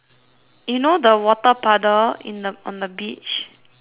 you know the water puddle in the on the beach